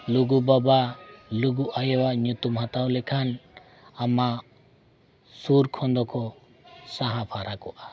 ᱞᱩᱜᱩ ᱵᱟᱵᱟ ᱞᱩᱜᱩ ᱟᱭᱳᱟᱜ ᱧᱩᱛᱩᱢ ᱦᱟᱛᱟᱣ ᱞᱮᱠᱷᱟᱱ ᱟᱢᱟᱜ ᱥᱩᱨ ᱠᱷᱚᱱ ᱫᱚᱠᱚ ᱥᱟᱦᱟ ᱯᱷᱟᱨᱟᱠᱚᱜᱼᱟ